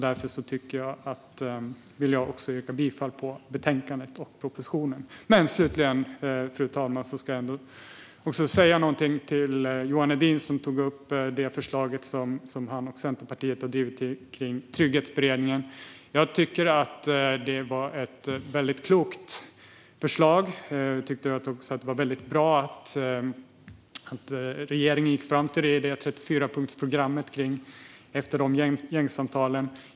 Därför vill jag yrka bifall till utskottets förslag i betänkandet och till propositionen. Fru talman! Slutligen vill jag säga någonting till Johan Hedin som tog upp det förslag som han och Centerpartiet drivit om trygghetsberedningen. Det var ett väldigt klokt förslag. Det var bra att regeringen gick fram med det i 34-punktsprogrammet efter gängsamtalen.